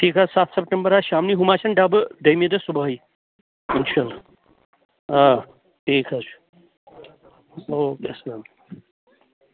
ٹھیٖک حظ سَتھ سٮ۪پٹمبَر آسہِ شامنٕے ہُم آسَن ڈَبہٕ دۄیِمہِ دۄہ صُبحٲے اِنشاء اَللّٰہ آ ٹھیٖک حظ چھُ اوکے السلام علیکُم